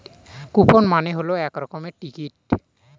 coupon মানে হল এক রকমের টিকিট